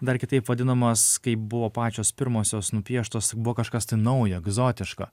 dar kitaip vadinamas kaip buvo pačios pirmosios nupieštos buvo kažkas tai nauja egzotiška